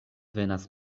venas